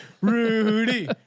Rudy